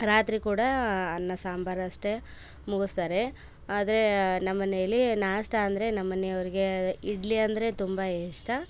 ರಾತ್ರಿ ಕೂಡ ಅನ್ನ ಸಾಂಬಾರು ಅಷ್ಟೆ ಮುಗುಸ್ತಾರೆ ಆದರೆ ನಮ್ಮನೆಯಲ್ಲಿ ನಾಷ್ಟ ಅಂದರೆ ನಮ್ಮನೆಯವರಿಗೆ ಇಡ್ಲಿ ಅಂದರೆ ತುಂಬಾ ಇಷ್ಟ